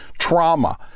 Trauma